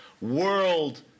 World